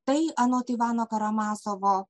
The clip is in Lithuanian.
tai anot ivano karamazovo